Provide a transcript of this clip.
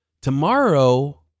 tomorrow